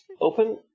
open